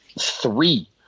Three